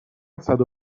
صدو